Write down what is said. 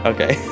Okay